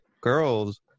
Girls